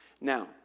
Now